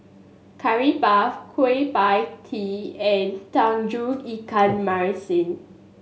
Curry Puff Kueh Pie Tee and Tauge Ikan Masin